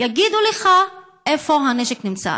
יגידו לך איפה הנשק נמצא.